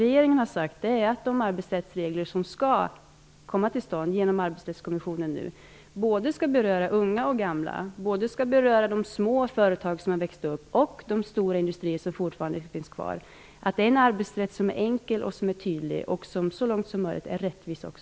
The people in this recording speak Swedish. Regeringen har sagt att de arbetsrättsregler som genom Arbetsrättskommissionen skall komma till stånd skall beröra unga och gamla liksom små företag som växt upp och stora industrier som fortfarande finns kvar samt att arbetsrätten skall vara enkel och tydlig och så långt som möjligt också rättvis.